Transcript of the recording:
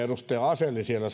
edustaja asell siellä